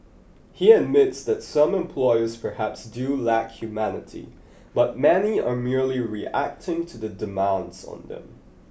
he admits that some employers perhaps do lack humanity but many are merely reacting to the demands on them